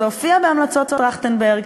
זה הופיע בהמלצות טרכטנברג,